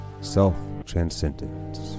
self-transcendence